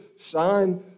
shine